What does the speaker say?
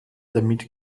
damit